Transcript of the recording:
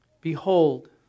Behold